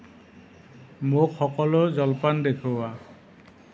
মোক সকলো জলপান দেখুওৱা